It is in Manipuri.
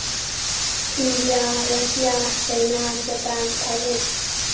India Russia China Japan Thailand